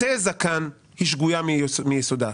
התזה כאן שגויה מיסודה,